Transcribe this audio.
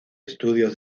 estudios